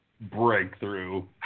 Breakthrough